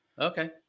Okay